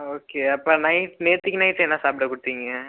okay அப்போ night நேற்றுக்கு night என்ன சாப்பிட கொடுத்தீங்க